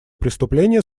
преступления